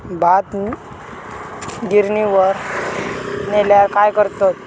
भात गिर्निवर नेल्यार काय करतत?